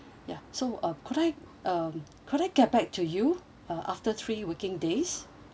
ya so uh could I um could I get back to you uh after three working days